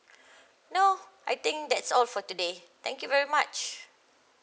no I think that's all for today thank you very much